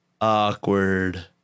Awkward